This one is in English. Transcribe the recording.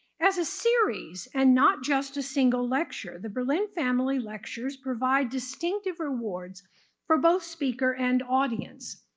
as a series and not just a single lecture, the berlin family lectures provide distinctive rewards for both speaker and audience.